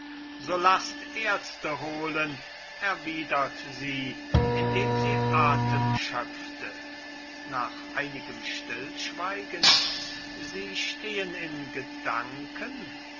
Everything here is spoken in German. so laßt ärzte holen erwidert sie indem sie atem schöpfte nach einigem stillschweigen sie stehen in gedanken